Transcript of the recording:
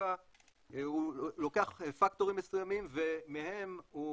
הוא לוקח פקטורים מסוימים ומהם הוא